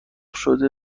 شده